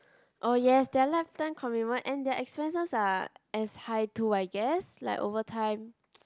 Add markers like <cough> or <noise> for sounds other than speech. oh yes they are lifetime commitment and their expenses are as high too I guess like over time <noise>